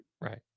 Right